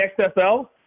XFL